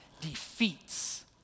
defeats